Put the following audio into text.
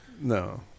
No